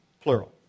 plural